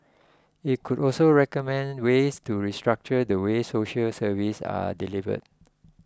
it could also recommend ways to restructure the way social services are delivered